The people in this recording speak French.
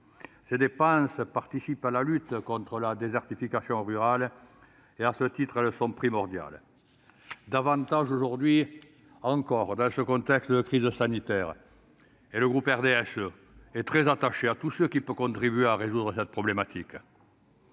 Ces dépenses participent à la lutte contre la désertification rurale et sont à ce titre primordiales, davantage encore dans le contexte de crise sanitaire que nous connaissons. Le groupe RDSE est très attaché à tout ce qui peut contribuer à résoudre cette problématique.